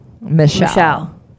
Michelle